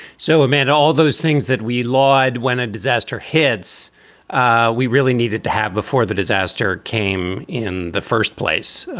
so, man, all those things that we lied when a disaster heads ah we really needed to have before the disaster came in the first place.